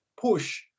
push